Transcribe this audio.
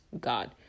God